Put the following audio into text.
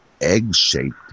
egg-shaped